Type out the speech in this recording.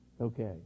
Okay